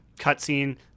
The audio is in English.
cutscene